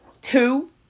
two